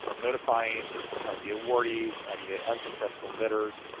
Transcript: and notifying the awardees and the unsuccessful bidders,